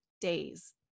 days